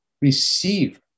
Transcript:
receive